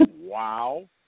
wow